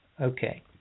Okay